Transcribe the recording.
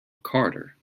carter